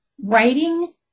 writing